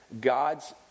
God's